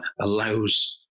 allows